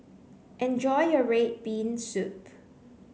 enjoy your red bean soup